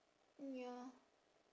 ya